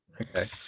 okay